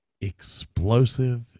explosive